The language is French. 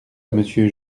monsieur